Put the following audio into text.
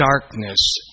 darkness